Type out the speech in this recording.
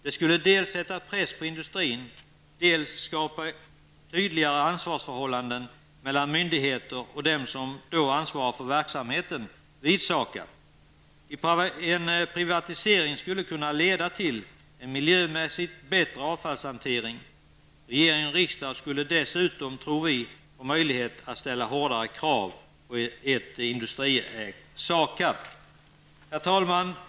Det skulle dels sätta press på industrin, dels skulle det skapa tydligare ansvarsförhållanden mellan myndigheter och dem som ansvarar för verksamheten vid SAKAB. En privatisering skulle kunna leda till en miljömässigt bättre avfallshantering. Regeringen och riksdagen skulle dessutom få möjlighet att ställa hårdare krav på ett industriägt SAKAB. Herr talman!